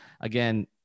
Again